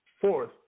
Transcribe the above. fourth